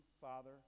Father